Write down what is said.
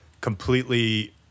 completely